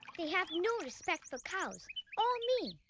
they have no respect for cows or and me.